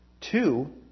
Two